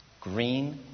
green